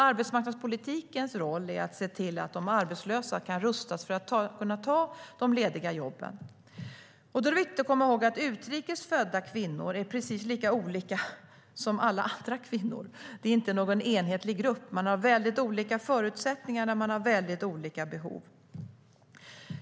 Arbetsmarknadspolitikens roll är att se till att de arbetslösa kan rustas för att kunna ta de lediga jobben. Då är det viktigt att komma ihåg att utrikes födda kvinnor är precis lika olika som alla andra kvinnor. Det är inte någon enhetlig grupp. De har väldigt olika förutsättningar. De har väldigt olika behov.